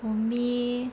for me